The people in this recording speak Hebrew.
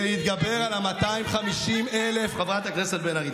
חברת הכנסת בן ארי.